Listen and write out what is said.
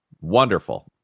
Wonderful